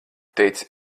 teici